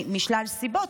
משלל סיבות,